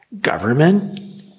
Government